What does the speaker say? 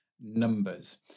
numbers